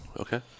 Okay